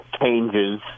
changes